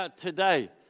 today